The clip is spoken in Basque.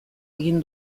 egin